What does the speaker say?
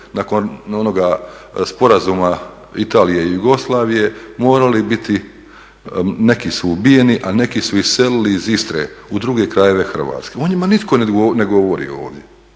nakon onoga sporazuma Italije i Jugoslavije morali biti, neki su ubijeni, a neki su iselili iz Istre u druge krajeve Hrvatske. O njima nitko ne govori ovdje